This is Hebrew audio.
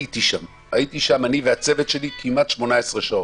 היינו שם, אני והצוות שלי, כמעט 18 שעות.